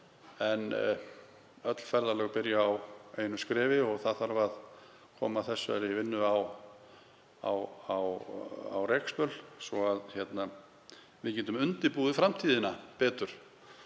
en öll ferðalög byrja á einu skrefi. Það þarf að koma þessari vinnu á rekspöl svo að við getum undirbúið framtíðina betur.